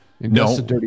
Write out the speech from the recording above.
No